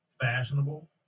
fashionable